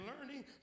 learning